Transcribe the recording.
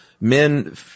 men